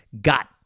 got